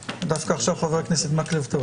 אנו קוראים השבוע את פרשת כי תישא,